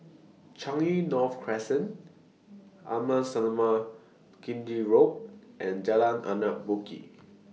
Changi North Crescent Amasalam Chetty Road and Jalan Anak Bukit